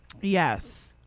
Yes